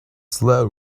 slow